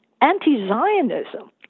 anti-Zionism